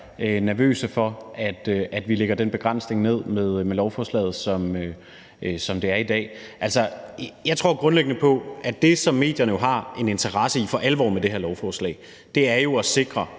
nervøse for, altså at vi lægger den begrænsning ind med lovforslaget, som det er i dag. Jeg tror grundlæggende på, at det, som medierne jo for alvor har en interesse i med det her lovforslag, er at sikre,